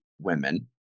women